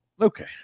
Okay